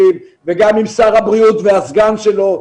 גם עם שר המשפטים וגם עם שר הבריאות והסגן שלו,